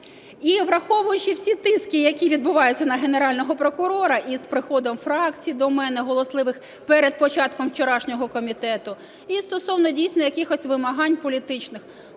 І враховуючи всі тиски, які відбуваються на Генерального прокурора, і з приходом фракцій до мене галасливих перед початком вчорашнього комітету, і стосовно, дійсно, якихось вимагань політичних...